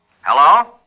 Hello